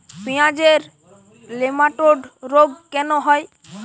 পেঁয়াজের নেমাটোড রোগ কেন হয়?